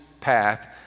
path